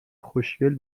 خوشگل